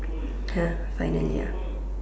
ya finally ah